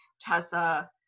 Tessa